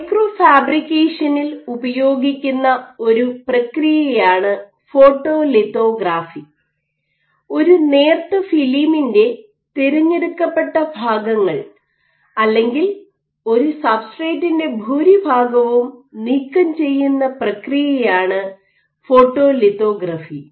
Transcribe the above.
micro ഫാബ്രിക്കേഷനിൽ ഉപയോഗിക്കുന്ന ഒരു പ്രക്രിയയാണ് ഫോട്ടോലിത്തോഗ്രാഫി ഒരു നേർത്ത ഫിലിമിന്റെ തിരഞ്ഞെടുക്കപ്പെട്ട ഭാഗങ്ങൾ അല്ലെങ്കിൽ ഒരു സബ്സ്ട്രേറ്റിൻറെ ഭൂരിഭാഗവും നീക്കം ചെയ്യുന്ന പ്രക്രിയയാണ് ഫോട്ടോലിത്തോഗ്രാഫി